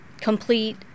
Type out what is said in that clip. complete